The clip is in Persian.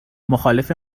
مخالف